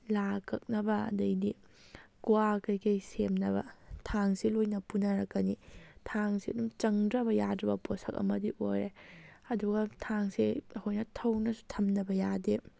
ꯂꯥ ꯀꯛꯅꯕ ꯑꯗꯩꯗꯤ ꯀ꯭ꯋꯥ ꯀꯩꯀꯩ ꯁꯦꯝꯅꯕ ꯊꯥꯡꯁꯦ ꯂꯣꯏꯅ ꯄꯨꯅꯔꯛꯀꯅꯤ ꯊꯥꯡꯁꯦ ꯑꯗꯨꯝ ꯆꯪꯗ꯭ꯔꯕ ꯌꯥꯗ꯭ꯔꯕ ꯄꯣꯠꯁꯛ ꯑꯃꯗꯤ ꯑꯣꯏꯔꯦ ꯑꯗꯨꯒ ꯊꯥꯡꯁꯦ ꯑꯩꯈꯣꯏꯅ ꯊꯧꯅꯁꯨ ꯊꯝꯗꯕ ꯌꯥꯗꯦ